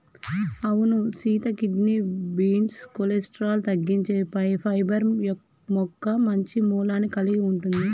అవును సీత kidney beans cholesterol తగ్గించే పైబర్ మొక్క మంచి మూలాన్ని కలిగి ఉంటుంది